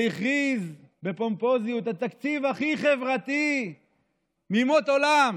והכריז בפומפוזיות: התקציב הכי חברתי מימות עולם,